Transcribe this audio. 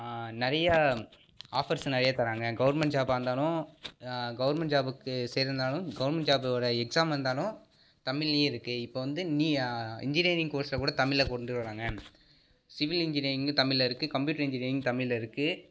நிறைய ஆஃபர்ஸ் நிறைய தராங்க கவர்ன்மெண்ட் ஜாபாக இருந்தாலும் கவர்ன்மெண்ட் ஜாபுக்கு செய்றதுனாலும் கவர்ன்மெண்ட் ஜாபோட எக்ஸாம் வந்தாலும் தமிழிலியே இருக்குது இப்போது வந்து நீ இன்ஜினீயரிங் கோர்ஸை கூட தமிழில் கொண்டு வராங்க சிவில் இன்ஜினீயரிங் தமிழில் இருக்குது கம்ப்யூட்டர் இன்ஜினீயரிங் தமிழில் இருக்குது